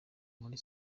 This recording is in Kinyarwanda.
muri